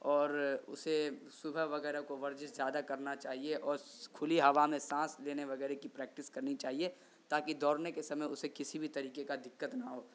اور اسے صبح وغیرہ کو ورزش زیادہ کرنا چاہیے اور کھلی ہوا میں سانس لینے وغیرہ کی پریکٹس کرنی چاہیے تاکہ دورنے کے سمے میں اسے کسی بھی طریقے کا دقت نہ ہو